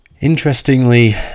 interestingly